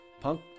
Punk